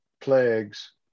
plagues